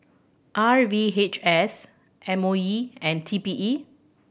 R V H S M O E and T P E